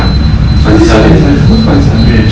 who is fauzi salleh